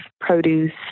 produce